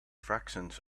fractions